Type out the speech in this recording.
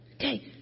Okay